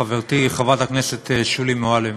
חברתי חברת הכנסת שולי מועלם.